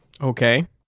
Okay